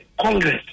Congress